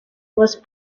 was